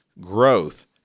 growth